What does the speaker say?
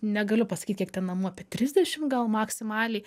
negaliu pasakyt kiek ten namų apie trisdešim gal maksimaliai